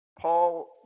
Paul